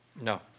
No